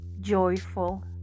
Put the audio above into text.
joyful